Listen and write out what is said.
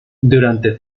durante